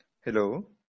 Hello